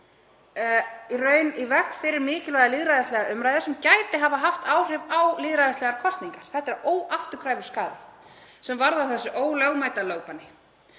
komið í veg fyrir mikilvæga lýðræðislega umræðu sem gæti hafa haft áhrif á lýðræðislegar kosningar. Þetta er óafturkræfur skaði sem varðar þetta ólögmæta lögbann.